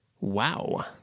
wow